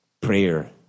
prayer